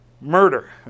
Murder